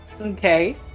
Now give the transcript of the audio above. Okay